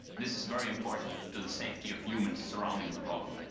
this is very important to the safety of humans surrounding the robot.